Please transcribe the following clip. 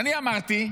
אני אמרתי,